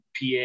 PA